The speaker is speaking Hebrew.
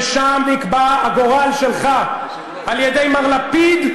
ושם נקבע הגורל שלך על-ידי מר לפיד,